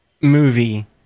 movie